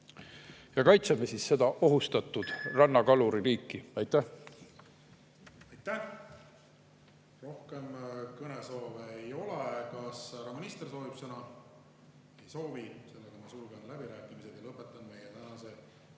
Kaitseme siis seda ohustatud rannakaluri liiki! Aitäh! Aitäh! Rohkem kõnesoove ei ole. Kas härra minister soovib sõna? Ei soovi. Ma sulgen läbirääkimised ja lõpetan meie tänase